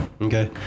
Okay